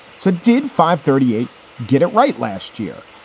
so did five thirty eight get it right last year.